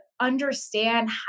understand